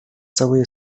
całuje